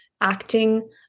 acting